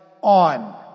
on